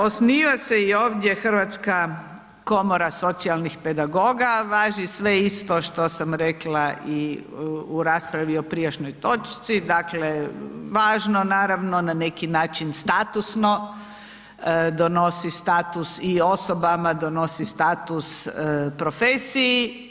Osniva se i ovdje Hrvatska komora socijalnih pedagoga, važi sve isto što sam rekla i u raspravi o prijašnjoj točci, dakle važno naravno na neki način statusno, donosi status i osobama, donosi status profesiji.